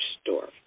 store